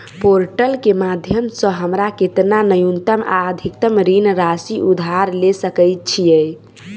Portal केँ माध्यम सऽ हमरा केतना न्यूनतम आ अधिकतम ऋण राशि उधार ले सकै छीयै?